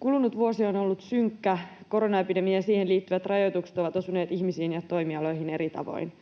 Kulunut vuosi on ollut synkkä. Koronaepidemia ja siihen liittyvät rajoitukset ovat osuneet ihmisiin ja toimialoihin eri tavoin.